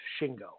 Shingo